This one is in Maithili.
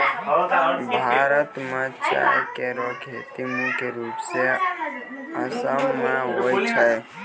भारत म चाय केरो खेती मुख्य रूप सें आसाम मे होय छै